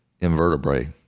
invertebrate